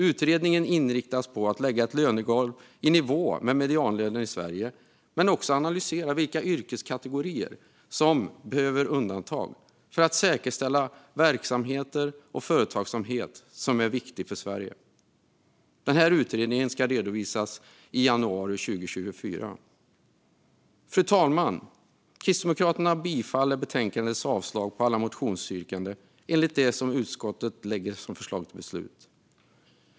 Utredningen inriktas på att lägga ett lönegolv i nivå med medianlönen i Sverige men också analysera vilka yrkeskategorier som behöver undantag för att säkerställa verksamheter och företagsamhet som är viktiga för Sverige. Denna utredning ska redovisas i januari 2024. Fru talman! Kristdemokraterna yrkar bifall till utskottets förslag till beslut i betänkandet och de avslag på motionsyrkanden som detta innebär.